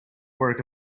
work